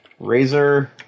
Razer